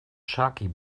shaky